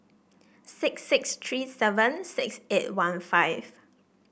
six six three seven six eight one five